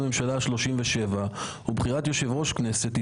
פה אחד במועמד הליכוד אמיר אוחנה ליושב ראש הכנסת ה-25.